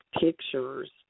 pictures